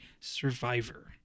Survivor